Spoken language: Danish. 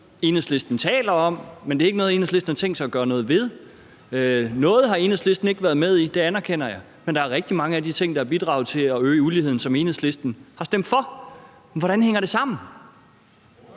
Enhedslisten taler om, men ikke noget, Enhedslisten har tænkt sig at gøre noget ved. Noget har Enhedslisten ikke været med i, det anerkender jeg, men der er rigtig mange af de ting, der har bidraget til at øge uligheden, som Enhedslisten har stemt for. Hvordan hænger det sammen?